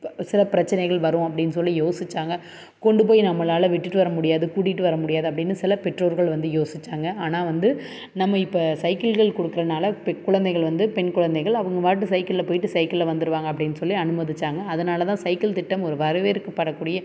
சில பிரச்சினைகள் வரும் அப்படின்னு சொல்லி யோசித்தாங்க கொண்டு போய் நம்மளால் விட்டுவிட்டு வர முடியாது கூட்டிகிட்டு வர முடியாது அப்படின்னு சில பெற்றோர்கள் வந்து யோசித்தாங்க ஆனால் வந்து நம்ம இப்போ சைக்கிள்கள் கொடுக்குறனால பெ குழந்தைகள் வந்து பெண் குழந்தைகள் அவங்க பாட்டு சைக்கிளில் போய்விட்டு சைக்கிளில் வந்துடுவாங்க அப்படின்னு சொல்லி அனுமதித்தாங்க அதனால்தான் சைக்கிள் திட்டம் ஒரு வரவேற்கப்படக்கூடிய